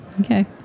okay